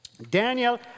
Daniel